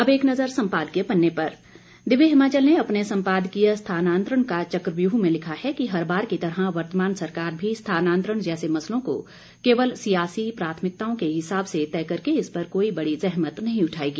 अब एक नज़र सम्पादकीय पन्ने पर दिव्य हिमाचल ने अपने सम्पादकीय स्थानांतरण का चक्रव्यूह में लिखा है कि हर बार की तरह वर्तमान सरकार भी स्थानांतरण जैसे मसलों को केवल सियासी प्राथमिकताओं के हिसाब से तय करके इस पर कोई बड़ी जहमत नहीं उठाएगी